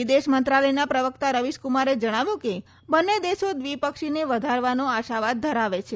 વિદેશ મંત્રાલયના પ્રવક્તા રવીશકુમારે જણાવ્યું કે બંને દેશો દ્વિપક્ષીને વધારવાનો આશાવાદ ધરાવે છે